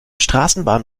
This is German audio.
straßenbahn